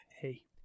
Hey